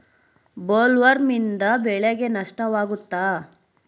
ಬೊಲ್ವರ್ಮ್ನಿಂದ ಬೆಳೆಗೆ ನಷ್ಟವಾಗುತ್ತ?